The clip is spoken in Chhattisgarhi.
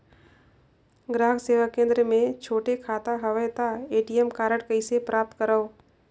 ग्राहक सेवा केंद्र मे छोटे खाता हवय त ए.टी.एम कारड कइसे प्राप्त करव?